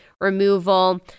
removal